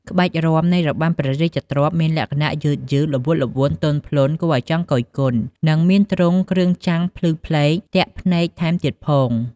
ក្បាច់រាំនៃរបាំព្រះរាជទ្រព្យមានលក្ខណៈ យឺតៗ ល្វត់ល្វន់ ទន់ភ្លន់គួរឱ្យចង់គយគន់ និងមានទ្រង់គ្រឿងចាំងភ្លឺផ្លេកៗទាក់ភ្នែកថែមទៀតផង។